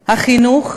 החינוך?